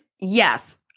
Yes